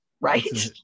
Right